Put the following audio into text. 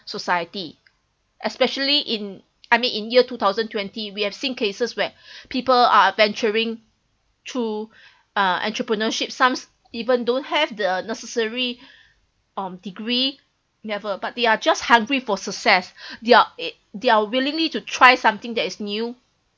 society especially in I mean in year two thousand twenty we have seen cases where people are venturing to uh entrepreneurship somes even don't have the necessary um degree never but they are just hungry for success they're they're willingly to try something that is new